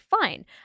Fine